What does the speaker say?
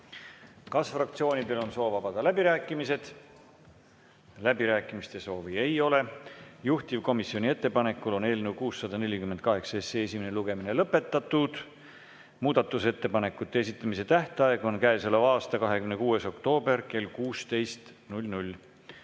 Kas fraktsioonidel on soov avada läbirääkimised? Läbirääkimiste soovi ei ole. Juhtivkomisjoni ettepanekul on eelnõu 648 esimene lugemine lõpetatud. Muudatusettepanekute esitamise tähtaeg on käesoleva aasta 26. oktoober kell 16.Head